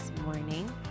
morning